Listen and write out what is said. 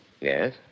Yes